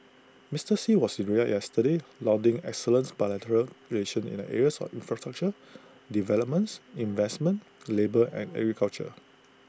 Mister Xi was in Riyadh yesterday lauding excellent's bilateral relations in the areas of infrastructure developments investments labour and agriculture